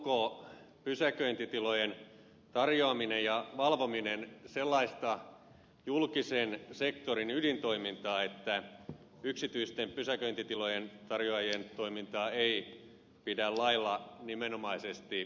onko pysäköintitilojen tarjoaminen ja valvominen sellaista julkisen sektorin ydintoimintaa että yksityisten pysäköintitilojen tarjoajien toimintaa ei pidä lailla nimenomaisesti mahdollistaa